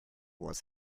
was